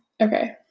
Okay